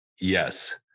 Yes